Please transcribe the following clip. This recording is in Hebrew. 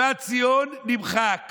הממשלה מציעה